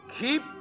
Keep